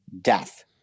death